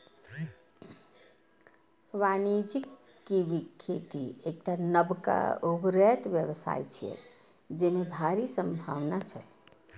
वाणिज्यिक कीवीक खेती एकटा नबका उभरैत व्यवसाय छियै, जेमे भारी संभावना छै